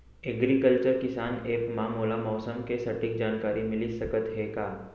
Agriculture किसान app मा मोला मौसम के सटीक जानकारी मिलिस सकत हे का?